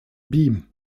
beam